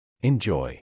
Enjoy